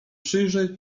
przyjrzeć